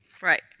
Right